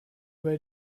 bei